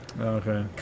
Okay